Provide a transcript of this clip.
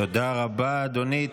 תודה רבה, אדוני.